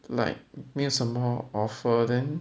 like 没有什么 offer then